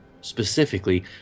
specifically